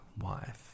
Wife